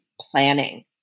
planning